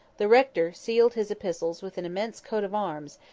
the rector sealed his epistles with an immense coat of arms,